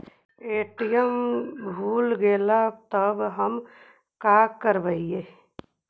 ATM भुला गेलय तब हम काकरवय?